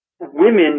Women